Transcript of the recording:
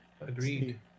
Agreed